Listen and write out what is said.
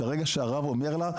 ברגע שהרב אומר לה,